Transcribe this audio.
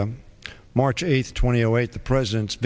march eighth twenty await the president's